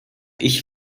ich